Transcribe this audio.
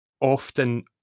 often